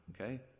okay